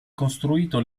costruito